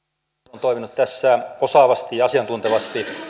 on toiminut tässä osaavasti ja asiantuntevasti